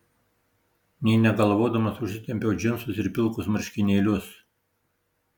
nė negalvodamas užsitempiau džinsus ir pilkus marškinėlius